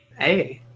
Hey